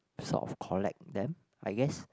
sort of collect them I guess